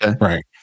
Right